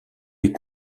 est